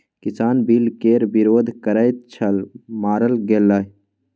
किसान बिल केर विरोध करैत छल मारल गेलाह